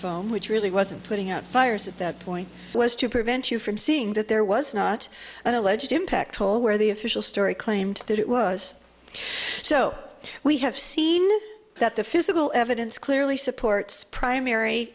foam which really wasn't putting out fires at that point was to prevent you from seeing that there was not an alleged impact hole where the official story claimed that it was so we have seen that the physical evidence clearly supports primary